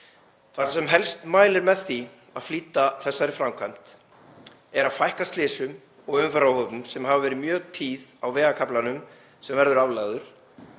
Það sem helst mælir með því að flýta þessari framkvæmd er að fækka slysum og umferðaróhöppum sem hafa verið mjög tíð á vegarkaflanum sem verður aflagður